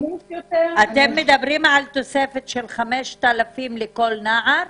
אתם מדברים על תוספת של 5,000 לכל נער?